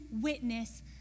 witness